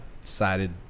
Decided